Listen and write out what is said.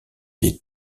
des